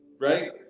right